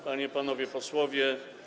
Panie i Panowie Posłowie!